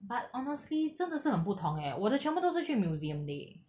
but honestly 真的是很不同 eh 我的全部都是去 museum leh